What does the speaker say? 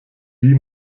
wie